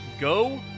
Go